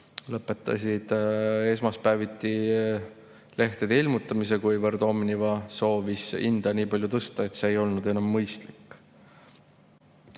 lõpetasid esmaspäeviti lehtede ilmutamise, kuivõrd Omniva soovis hinda nii palju tõsta, et see ei olnud enam mõistlik.